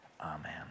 Amen